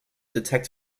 detect